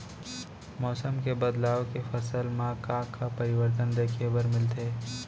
मौसम के बदलाव ले फसल मा का का परिवर्तन देखे बर मिलथे?